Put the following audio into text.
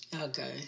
Okay